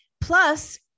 Plus